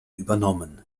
übernommen